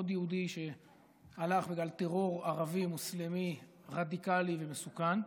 עוד יהודי שהלך בגלל טרור ערבי מוסלמי רדיקלי ומסוכן,